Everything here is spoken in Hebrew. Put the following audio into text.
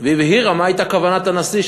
והבהירה מה הייתה כוונת הנשיא,